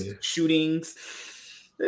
shootings